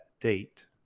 date